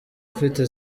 ufite